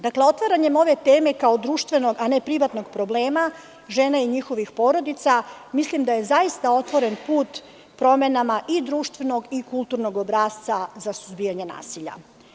Dakle, otvaranjem ove teme, kao društvenog, a ne privatnog problema žena i njihovih porodica, mislim da je zaista otvoren put promenama i društvenog i kulturnog obrasca za suzbijanje nasilja.